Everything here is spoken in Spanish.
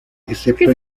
excepto